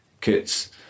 kits